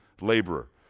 laborer